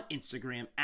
Instagram